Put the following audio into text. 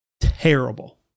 Terrible